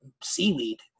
seaweed